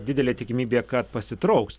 didelė tikimybė kad pasitrauks